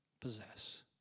possess